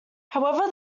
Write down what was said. however